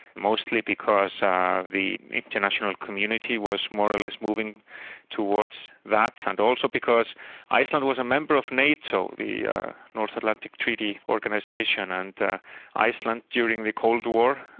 mostly because ah the international community was more or less moving towards that, and also because iceland was a member of nato, the north atlantic treaty organisation and iceland, during the cold war,